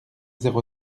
zéro